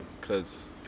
Cause